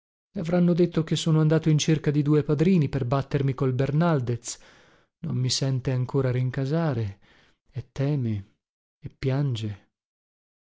avranno detto che sono andato in cerca di due padrini per battermi col bernaldez non mi sente ancora rincasare e teme e piange